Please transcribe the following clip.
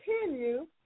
Continue